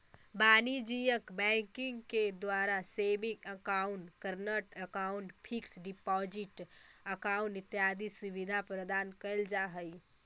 वाणिज्यिक बैंकिंग के द्वारा saving account, current account, fix deposit account इत्यादि सुविधा प्रदान कैल जा हइ